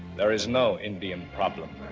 there is no indian problem.